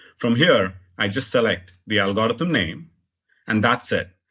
from here, i just select the algorithm name and that's it.